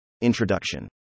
Introduction